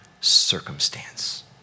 circumstance